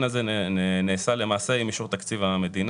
הזה נעשה למעשה עם אישור תקציב המדינה.